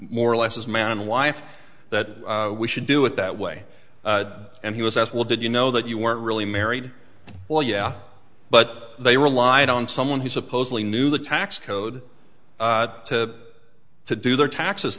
more or less as man and wife that we should do it that way and he was asked well did you know that you weren't really married well yeah but they relied on someone who supposedly knew the tax code to to do their taxes